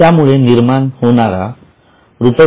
त्यामळे निर्माण होणार रु